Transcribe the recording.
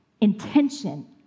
intention